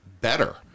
better